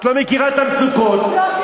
את לא מכירה את המצוקות, 30 לא מספיק.